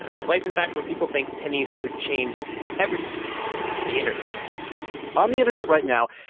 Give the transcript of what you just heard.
a place, in fact, where people think pennies could change everything the internet on the internet right now,